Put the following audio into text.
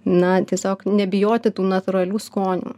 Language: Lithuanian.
na tiesiog nebijoti tų natūralių skonių